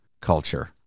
culture